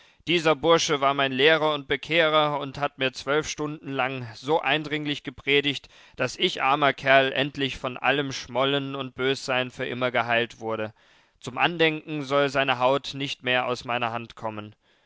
dieser bursche war mein lehrer und bekehrer und hat mir zwölf stunden lang so eindringlich gepredigt daß ich armer kerl endlich von allem schmollen und bössein für immer geheilt wurde zum andenken soll seine haut nicht mehr aus meiner hand kommen